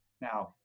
Now